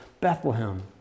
Bethlehem